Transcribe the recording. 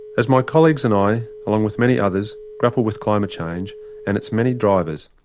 as my colleagues and i, along with many others, grapple with climate change and its many drivers,